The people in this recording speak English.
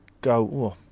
go